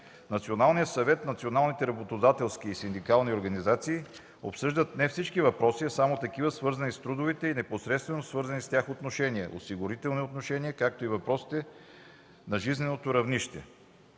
Националния съвет националните работодателски синдикални организации обсъждат не всички въпроси, а само такива, свързани с трудовите и непосредствено свързани с тях отношения – осигурителните отношения, както и въпроси на жизненото равнище.